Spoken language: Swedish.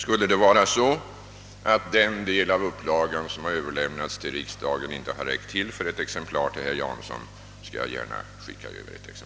Skulle det förhålla sig så, att den del av upplagan som överlämnats till riksdagen inte har räckt till för ett exemplar till herr Jansson, skall jag gärna skicka över ett.